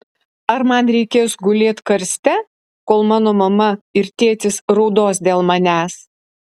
ar man reikės gulėt karste kol mano mama ir tėtis raudos dėl manęs